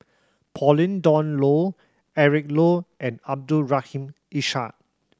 Pauline Dawn Loh Eric Low and Abdul Rahim Ishak